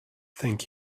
thank